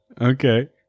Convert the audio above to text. okay